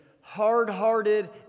hard-hearted